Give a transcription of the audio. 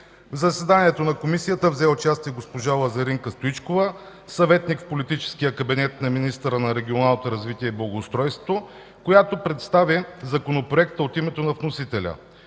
В заседанието на комисията взе участие госпожа Лазарника Стоичкова – съветник в политическия кабинет на министъра на регионалното развитие и благоустройството, която представи законопроекта от името на вносителя.